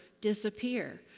disappear